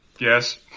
Yes